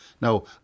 Now